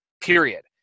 period